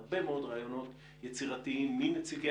הרבה מאוד רעיונות יצירתיים מנציגי